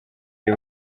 the